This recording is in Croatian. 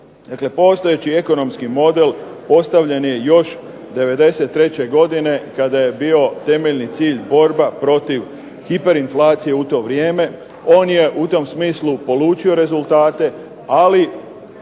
postojeći ekonomski model postavljen je još '93. godine kada je bio temeljni cilj borba protiv hiperinflacije u to vrijeme, on je u tom smislu polučio rezultate, ali